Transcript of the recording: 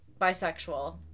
bisexual